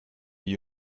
you